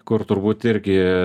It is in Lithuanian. kur turbūt irgi